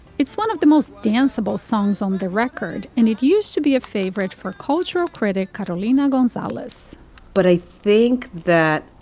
it's one of the most danceable songs on the record and it used to be a favorite for cultural critic. catalina gonzalez but i think that.